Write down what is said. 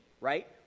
right